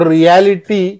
Reality